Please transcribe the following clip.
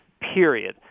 period